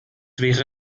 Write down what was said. wäre